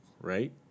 right